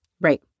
Right